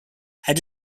had